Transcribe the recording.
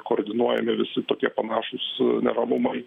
koordinuojami visi tokie panašūs neramumai